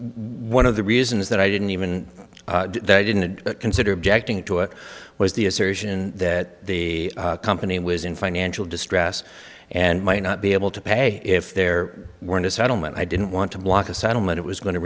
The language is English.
one of the reasons that i didn't even though i didn't consider objecting to it was the assertion that the company was in financial distress and might not be able to pay if there were a settlement i didn't want to block a settlement it was going to